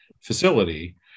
facility